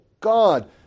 God